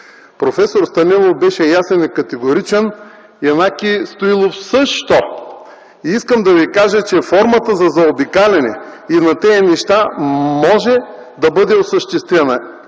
Професор Станилов беше ясен и категоричен. Янаки Стоилов – също. Искам да ви кажа, че формата за заобикаляне и на тези неща може да бъде осъществена